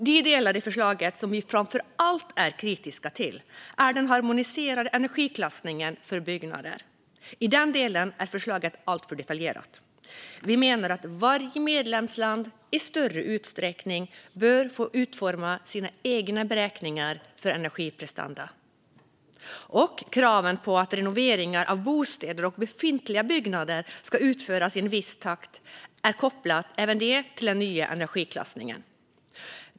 Den del av förslaget vi framför allt är kritiska till är den harmoniserade energiklassningen för byggnader. I den delen är förslaget alltför detaljerat. Vi menar att varje medlemsland i större utsträckning bör få utforma sina egna beräkningar för energiprestanda. Kraven på att renoveringar av bostäder och befintliga byggnader ska utföras i en viss takt är kopplat till den nya energiklassningen.